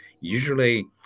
Usually